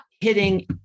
hitting